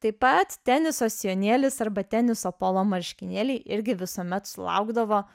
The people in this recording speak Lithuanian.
taip pat teniso sijonėlis arba teniso polo marškinėliai irgi visuomet sulaukdavo